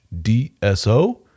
DSO